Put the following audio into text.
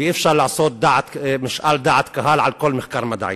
אי-אפשר לעשות משאל דעת קהל על כל מחקר מדעי.